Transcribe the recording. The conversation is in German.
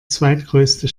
zweitgrößte